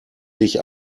sich